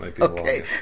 Okay